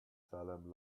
salem